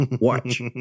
watch